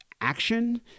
action